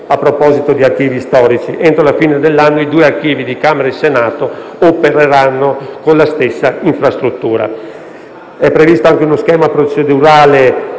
A proposito di archivi storici, entro la fine dell'anno i due archivi di Camera e Senato opereranno con la stessa infrastruttura. È previsto anche uno schema procedurale,